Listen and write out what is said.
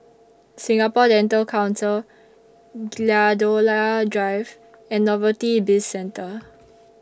Singapore Dental Council Gladiola Drive and Novelty Bizcentre